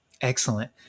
Excellent